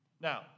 Now